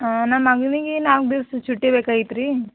ಹಾಂ ನಮ್ಮ ಮಗುವಿಗೆ ನಾಲ್ಕು ದಿವಸ ಚುಟ್ಟಿ ಬೇಕಾಗಿತ್ತುರಿ